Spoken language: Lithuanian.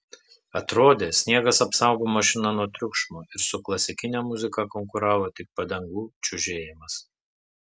atrodė sniegas apsaugo mašiną nuo triukšmo ir su klasikine muzika konkuravo tik padangų čiužėjimas